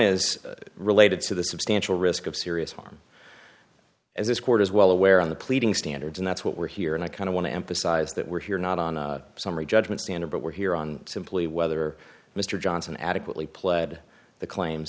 is related to the substantial risk of serious harm as this court is well aware of the pleading standards and that's what we're here and i kind of want to emphasize that we're here not on summary judgment standard but we're here on simply whether mr johnson adequately pled the claims